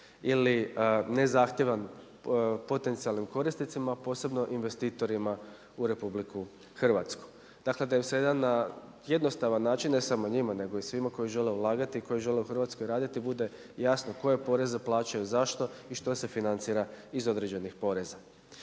ili nezahtjevan potencijalnim korisnicima posebno investitorima u RH. Dakle da bi se na jedan jednostavan način ne samo njima nego i svima ulagati i koji žele u Hrvatskoj raditi bude jasno koje poreze plaćaju, zašto i što se financira iz određenih poreza.